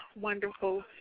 wonderful